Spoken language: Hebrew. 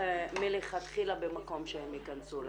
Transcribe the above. מלכתחילה במקום שהן ייכנסו לכנסת.